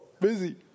Busy